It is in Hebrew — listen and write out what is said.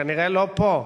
כנראה לא פה.